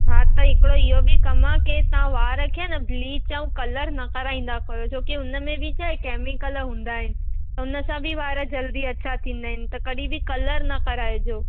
हा त हिकिड़ो इहो बि कमु आहे की तव्हां वार खे आहे न ब्लिच ऐं कलर न कराईंदा कयो छो की हुनमें बि छाहे केमीकल हुंदा आहिनि उनसां बि वार जल्दी अछा थिंदा आहिनि त कॾहिं बि कलर न कराइजो